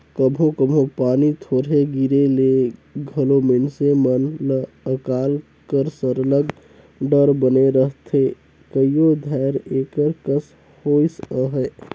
कभों कभों पानी थोरहें गिरे ले घलो मइनसे मन ल अकाल कर सरलग डर बने रहथे कइयो धाएर एकर कस होइस अहे